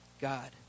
God